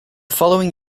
following